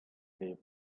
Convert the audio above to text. live